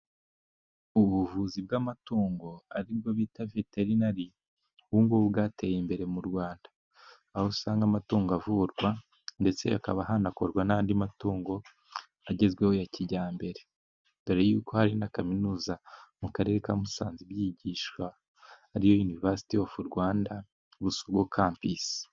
Ubuvuzi bw'amatungo nibwo bita veterineri, ubu ngubu bwateye imbere mu Rwanda, aho usanga amatungo avurwa, ndetse hakaba hanakorwa n'andi matungo agezweho ya kijyambere, kuko hari na kaminuza mu karere ka Musanze ibyigisha, ariyo iniverisiti y'u Rwanda Busogo kapisi.